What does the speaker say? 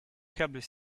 câbles